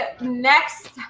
next